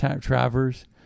Travers